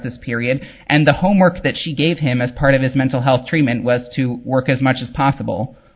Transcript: this period and the homework that she gave him as part of his mental health treatment was to work as much as possible